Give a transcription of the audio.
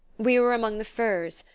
we were among the firs,